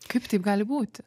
kaip taip gali būti